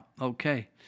okay